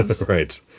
Right